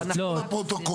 לפרוטוקול.